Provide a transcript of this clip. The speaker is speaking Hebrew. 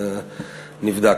זה נבדק.